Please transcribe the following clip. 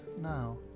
now